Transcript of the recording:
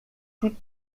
toute